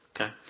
Okay